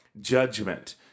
judgment